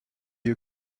you